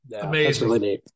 Amazing